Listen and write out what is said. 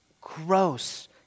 gross